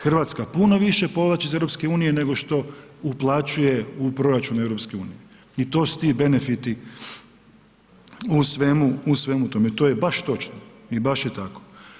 Hrvatska puno više povlači iz EU nego što uplaćuje u proračun EU i to su ti benefiti u svemu tome, to je baš točno i baš je tako.